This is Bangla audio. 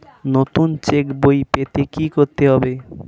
নতুন চেক বই পেতে কী করতে হবে?